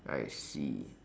I see